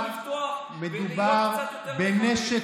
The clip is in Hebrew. דוחות אמיתיים וטובים,